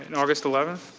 and august eleven.